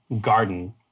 garden